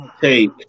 take